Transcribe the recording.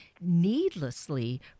needlessly